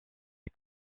est